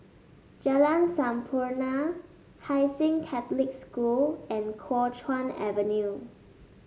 Jalan Sampurna Hai Sing Catholic School and Kuo Chuan Avenue